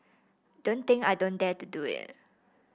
don't think I don't dare to do it